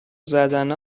زدن